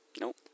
Nope